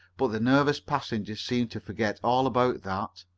but the nervous passenger seemed to forget all about that.